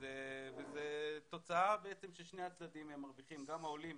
וזאת תוצאה בה שני הצדדים מרוויחים, גם העולים